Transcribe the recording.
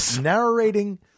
narrating